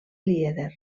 lieder